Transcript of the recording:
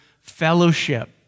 fellowship